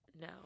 No